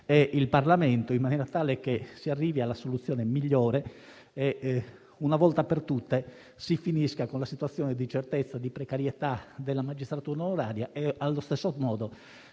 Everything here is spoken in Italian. il Parlamento in maniera tale di arrivare alla soluzione migliore e, una volta per tutte, alla fine della situazione di incertezza e precarietà della magistratura onoraria e, allo stesso modo,